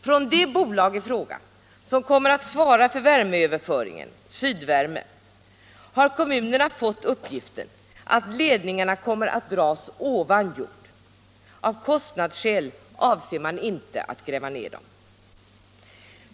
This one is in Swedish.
Från det bolag som kommer att svara för värmeöverföringen, Sydvärme, har kommunerna fått uppgiften att ledningarna kommer att dras ovan jord. Av kostnadsskäl avser man att inte gräva ner dem.